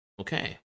Okay